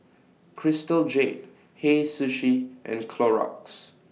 Crystal Jade Hei Sushi and Clorox